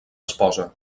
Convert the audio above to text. esposa